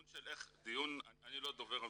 אני לא דובר המשטרה.